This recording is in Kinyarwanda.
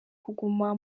kuguma